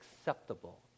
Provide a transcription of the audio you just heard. acceptable